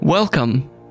Welcome